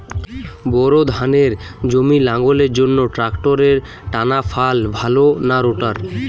Bore ধানের জমি লাঙ্গলের জন্য ট্রাকটারের টানাফাল ভালো না রোটার?